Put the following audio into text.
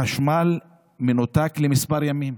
החשמל מנותק לכמה ימים,